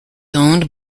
owned